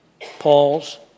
Paul's